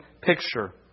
picture